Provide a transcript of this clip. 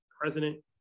president